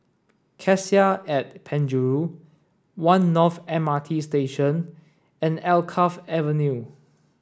Cassia at Penjuru One North M R T Station and Alkaff Avenue